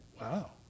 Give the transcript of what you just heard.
Wow